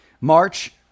March